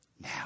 Now